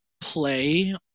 play